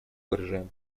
выражаем